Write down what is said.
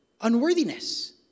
unworthiness